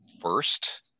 first